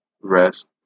rest